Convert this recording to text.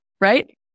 right